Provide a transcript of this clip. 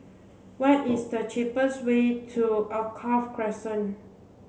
what is the cheapest way to Alkaff Crescent